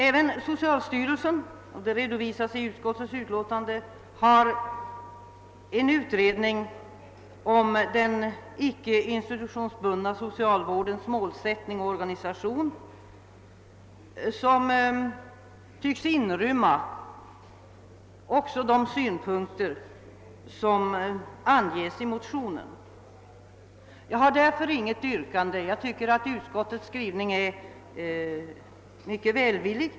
Även socialstyrelsen — detta redovisas i utskottets utlåtande — har en utredning om den icke institutionsbundna socialvårdens målsättning och organisation som tycks ta hänsyn också till de synpunkter som anges i motionen. Jag har därför inget yrkande. Jag tycker att utskottets skrivning är mycket välvillig.